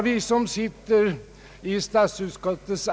Herr talman!